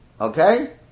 Okay